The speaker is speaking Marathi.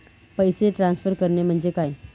पैसे ट्रान्सफर करणे म्हणजे काय?